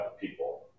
people